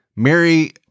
Mary